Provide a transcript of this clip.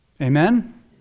Amen